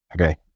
okay